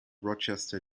rochester